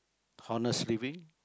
honest living